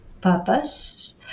purpose